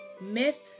myth